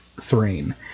Thrain